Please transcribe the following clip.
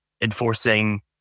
enforcing